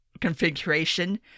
configuration